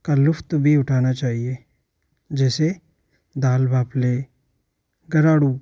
का लुत्फ़ भी उठाना चाहिए जैसे दाल बाफ़ले गराडू